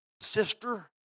sister